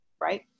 right